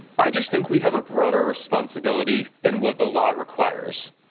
i just think we have a broader responsibility than what the law requires.